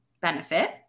benefit